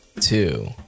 two